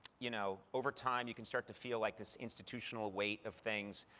you know over time, you can start to feel like this institutional weight of things.